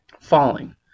falling